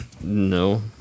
No